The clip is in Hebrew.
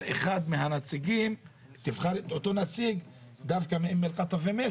אחד את אחד הנציגים מקטאף או ממייסר.